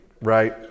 right